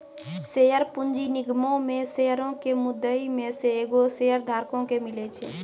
share पूंजी निगमो मे शेयरो के मुद्दइ मे से एगो शेयरधारको के मिले छै